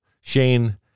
Shane